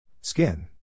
Skin